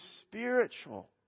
spiritual